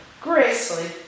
gracefully